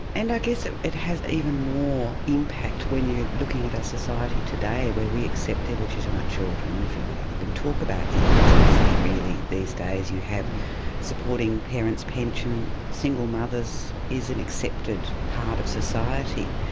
and i guess it it has even more impact when you're looking at a society today where we accept illegitimate children, we we don't even talk about illegitimacy really these days, you have the supporting parents pension, single mothers is an accepted part of society.